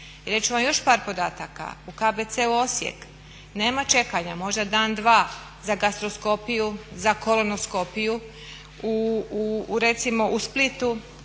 ću vam još par podataka. U KBC-u Osijek nema čekanja, možda dan dva za gastroskopiju, za kolonoskopiju. Recimo u Splitu